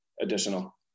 additional